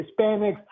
Hispanics